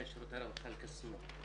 מנהל שירותי רווחה אל קסום.